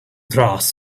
trust